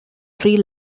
three